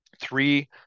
three